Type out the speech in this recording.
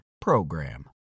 PROGRAM